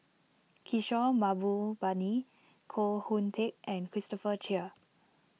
Kishore Mahbubani Koh Hoon Teck and Christopher Chia